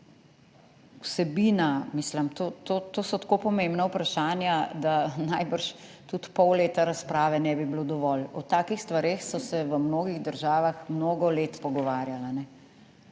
Vsebina, mislim, to so tako pomembna vprašanja, da najbrž tudi pol leta razprave ne bi bilo dovolj. O takih stvareh so se v mnogih državah mnogo let pogovarjali.